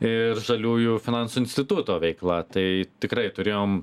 ir žaliųjų finansų instituto veikla tai tikrai turėjom